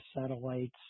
satellites